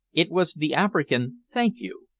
it was the african thank you.